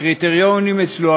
הקריטריונים אצלו,